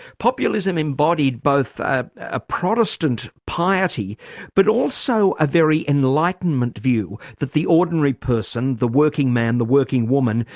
populism embodied both ah a protestant piety but also a very enlightenment view that the ordinary person, the working man, the working woman,